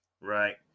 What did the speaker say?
right